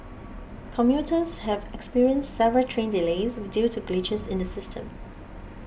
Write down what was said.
commuters have experienced several train delays due to glitches in the system